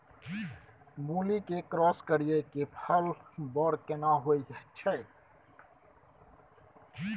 मूली के क्रॉस करिये के फल बर केना होय छै?